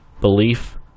belief